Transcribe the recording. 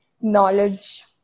knowledge